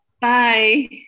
Bye